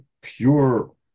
pure